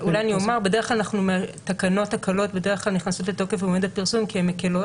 בדרך כלל תקנות הקלות בדרך כלל נכנסות לתוקף במועד הפרסום כי הן מקלות